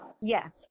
Yes